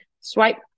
swipe